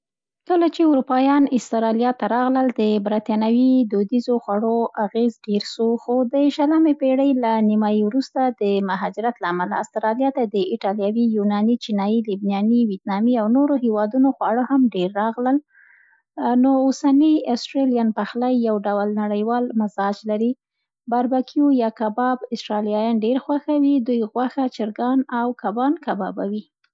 کله چي اروپایان آسټرالیا ته راغلل، د بریتانوي دودیزو خوړو اغېز ډېر سو، خو د شلمې پېړۍ له نیمایي وروسته، د مهاجرت له امله آسټرالیا ته د ایټالوي، یوناني، چینايي، لبناني، ویتنامي او نورو هېوادونو خواړه هم ډېر راغلل. نو ، اوسنی آسټرالین پخلی یو ډول نړیوال مزاج لري، باربیکیو یا کباب آسټرالیايان ډېر خوښوي. دوی غوښه، چرګان او کبان کبابوي.